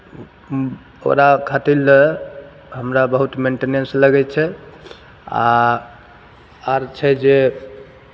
ओकरा खातिर लए हमरा बहुत मेंटीनेंस लगै छै आ आर छै जे